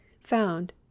found